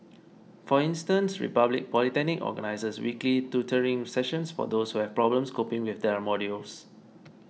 for instance Republic Polytechnic organizes weekly tutoring sessions for those who have problems coping with their modules